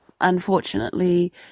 unfortunately